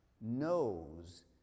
knows